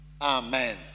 Amen